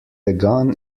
begun